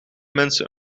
mensen